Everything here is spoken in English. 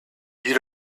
you